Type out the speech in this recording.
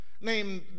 named